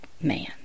man